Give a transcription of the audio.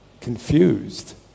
confused